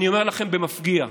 אני אומר לכם במפגיע: